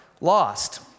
lost